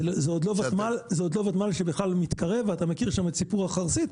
זה עוד לא ותמ"ל שבכלל מתקרב ואתה מכיר שם את סיפור החרסית,